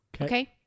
Okay